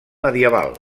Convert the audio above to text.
medieval